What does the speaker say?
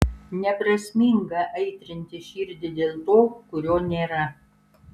neprasminga aitrinti širdį dėl to kurio nėra